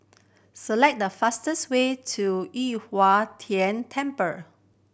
select the fastest way to Yu Huang Tian Temple